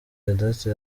vedaste